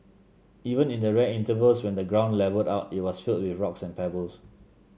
even in the rare intervals when the ground levelled out it was filled with rocks and pebbles